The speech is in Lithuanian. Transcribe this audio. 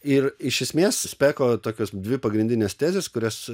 ir iš esmės speko tokios dvi pagrindinės tezės kurios